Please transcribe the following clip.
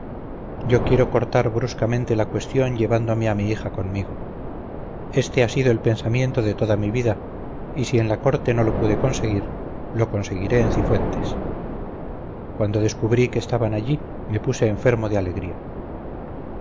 yo quiero cortar bruscamente la cuestión llevándome a mi hija conmigo este ha sido el pensamiento de toda mi vida y si en la corte no lo pude conseguir lo conseguiré en cifuentes cuando descubrí que estaban allí me puse enfermo de alegría